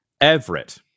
Everett